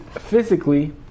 physically